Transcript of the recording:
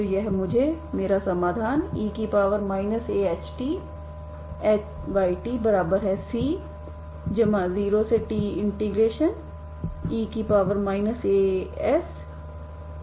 तो यह मुझे मेरा समाधान e Atytc0te Ashds देगा